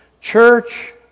church